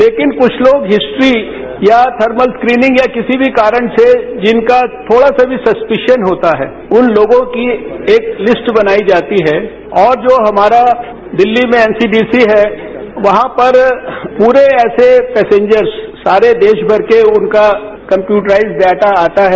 लेकिन कुछ लोग हिस्ट्री या थर्मल स्क्रीनिंग या किसी भी कारण से जिनका थोड़ा सा भी सस्पीशन होता है उन लोगों की एक लिस्ट बनाई जाती है और जो हमारा दिल्ली में एनसीपीसी है वहां पर पूरे ऐसे पैसेंजर्स सारे देशभर के उनका कंप्यूटर्राइज्ड डाटा आता है